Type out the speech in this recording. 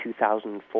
2004